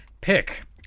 pick